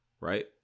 right